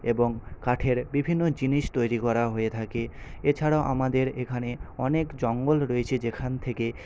এবং কাঠের বিভিন্ন জিনিস তৈরি করা হয়ে থাকে এছাড়াও আমাদের এখানে অনেক জঙ্গল রয়েছে যেখান থেকে